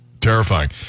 terrifying